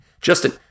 Justin